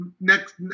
next